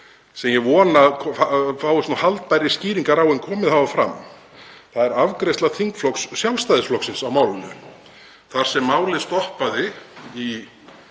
sem ég vona að fáist haldbærari skýringar á en komið hafa fram. Það er afgreiðsla þingflokks Sjálfstæðisflokksins á málinu þar sem málið stoppaði í